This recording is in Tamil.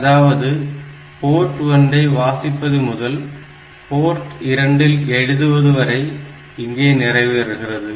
அதாவது போர்ட் 1 ஐ வாசிப்பது முதல் போர்ட் 2 இல் எழுதுவது வரை இங்கே நிறைவேறுகிறது